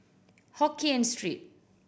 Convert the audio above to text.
Hokien Street